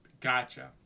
Gotcha